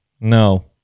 No